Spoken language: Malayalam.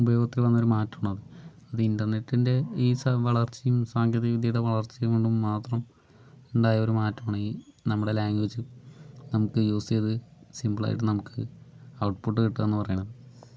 ഉപയോഗത്തിൽ വന്നൊരു മാറ്റമാണത് അത് ഇന്റർനെറ്റിന്റെ ഈ സ വളർച്ചയും സാങ്കേതിക വിദ്യയുടെ വളർച്ച കൊണ്ടും മാത്രം ഉണ്ടായ ഒരു മാറ്റമാണ് നമ്മുടെ ലാംഗ്വേജ് നമുക്ക് യൂസ് ചെയ്ത് സിമ്പിൾ ആയിട്ട് നമുക്ക് ഔട്ട്പുട്ട് കിട്ടും എന്ന് പറയണത്